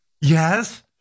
Yes